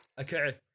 Okay